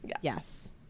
Yes